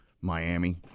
Miami